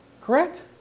Correct